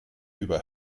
über